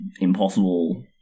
impossible